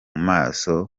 maso